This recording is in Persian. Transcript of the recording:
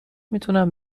میتونم